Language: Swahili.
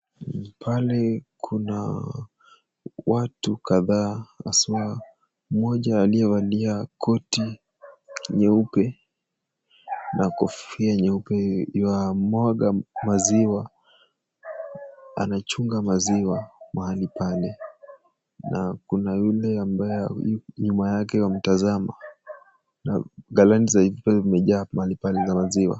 Pale kuna watu kadhaa, haswa mmoja aliyevalia koti, nyeupe, na kofia nyeupe yuamwanga maziwa. Anachunga maziwa mahali pale. Na kuna yule ambaye nyuma yake wamtazama, na ghalani zaidi pia umejaa mahali pale za maziwa.